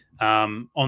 On